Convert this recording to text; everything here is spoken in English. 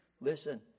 Listen